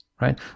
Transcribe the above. right